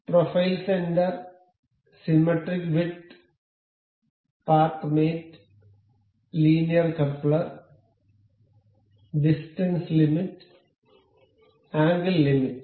profile centre symmetric width path mate linear coupler distance limit angle limit